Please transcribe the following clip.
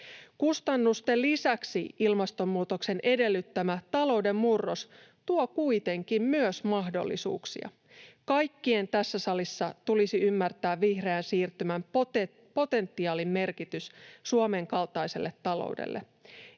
Kustannusten lisäksi ilmastonmuutoksen edellyttämä talouden murros tuo kuitenkin myös mahdollisuuksia. Kaikkien tässä salissa tulisi ymmärtää vihreän siirtymän potentiaalin merkitys Suomen kaltaiselle taloudelle.